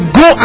go